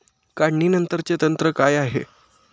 काढणीनंतरचे तंत्र काय आहे?